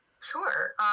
Sure